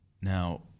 Now